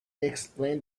explained